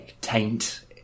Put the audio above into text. taint